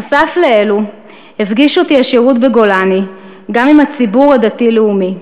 נוסף לאלו הפגיש אותי השירות בגולני גם עם הציבור הדתי-לאומי.